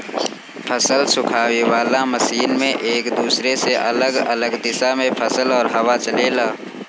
फसल सुखावे वाला मशीन में एक दूसरे से अलग अलग दिशा में फसल और हवा चलेला